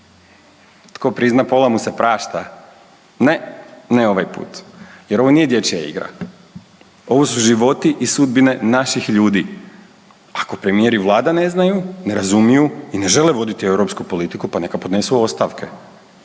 Tko prizna pola mu se prašta! Ne, ne ovaj put jer ovo nije dječja igra. Ovo su životi i sudbine naših ljudi. Ako premijer i Vlada ne znaju, ne razumiju i ne žele voditi europsku politiku, pa neka podnesu ostavke.